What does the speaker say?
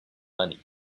money